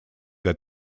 that